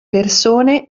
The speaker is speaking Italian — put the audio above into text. persone